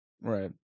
Right